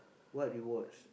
what you watch